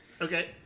Okay